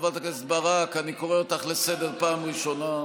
חברת הכנסת ברק, אני קורא אותך לסדר פעם ראשונה.